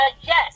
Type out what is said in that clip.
yes